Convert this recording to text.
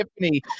Tiffany